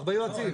הרבה יועצים.